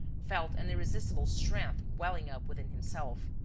felt an irresistible strength welling up within himself.